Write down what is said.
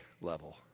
level